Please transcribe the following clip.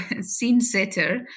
scene-setter